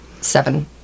seven